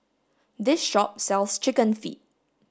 this shop sells chicken feet